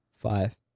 five